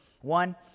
One